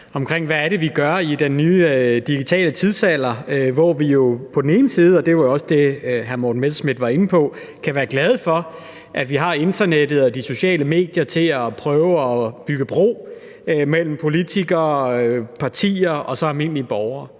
omkring, hvad det er, vi gør i den nye digitale tidsalder, hvor vi jo – og det var også det, hr. Morten Messerschmidt var inde på – kan være glade for, at vi har internettet og de sociale medier til at prøve at bygge bro mellem politikere, partier og så almindelige borgere.